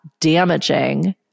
damaging